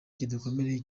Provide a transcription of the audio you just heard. kidukomereye